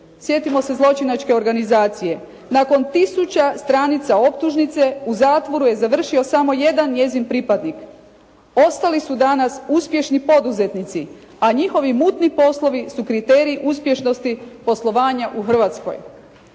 Sjetimo se zločinačke organizacije. Nakon tisuća stranica optužnice u zatvoru je završio samo jedan njezinih pripadnik. Ostali su danas uspješni poduzetnici, a njihovi mutni poslovi su kriterij uspješnosti poslovanja u Hrvatskoj.